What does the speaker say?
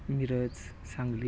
Miraj Sangli